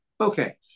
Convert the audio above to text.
Okay